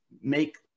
make